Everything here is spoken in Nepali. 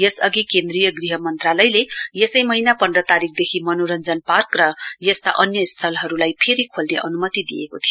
यसअघि केन्द्रीय गृह मन्त्रालयले यसै महीना पन्ध्र तारीकदेखि मनोरञ्जन पार्क र यस्ता अन्य स्थलहरूलाई फेरि खोल्ने अनुमति दिएको थियो